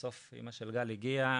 בסוף אמא של גל הגיעה,